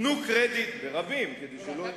אתה בסדר,